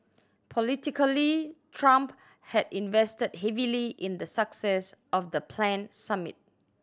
politically Trump had invested heavily in the success of the planned summit